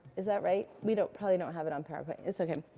is that right? we don't probably don't have it on powerpoint. it's okay.